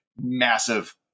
massive